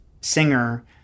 singer